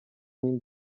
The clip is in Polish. nim